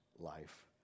life